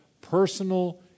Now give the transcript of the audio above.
personal